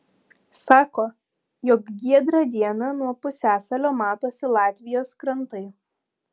sako jog giedrą dieną nuo pusiasalio matosi latvijos krantai